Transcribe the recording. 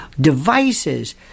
devices